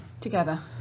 Together